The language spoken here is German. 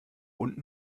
unten